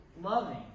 loving